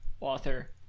author